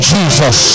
Jesus